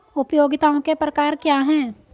उपयोगिताओं के प्रकार क्या हैं?